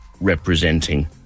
representing